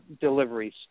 deliveries